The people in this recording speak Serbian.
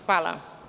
Hvala.